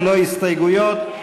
ללא הסתייגויות.